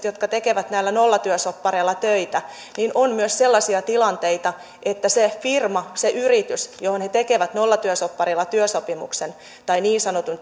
jotka tekevät näillä nollatyösoppareilla töitä on myös sellaisia tilanteita että se firma se yritys johon he tekevät nollatyösopparilla työsopimuksen tai niin sanotun